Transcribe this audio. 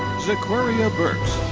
zaquria birks.